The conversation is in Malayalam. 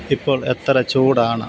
ഇപ്പോൾ എത്ര ചൂടാണ്